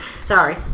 Sorry